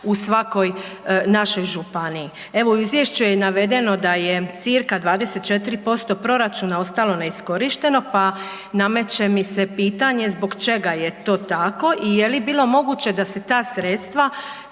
u svakoj našoj županiji. Evo u izvješću je navedeno da je cca 24% proračuna ostalo neiskorišteno pa nameće mi se pitanje zbog čega je to tako i je li bilo moguće da se ta sredstva